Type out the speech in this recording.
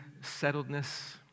settledness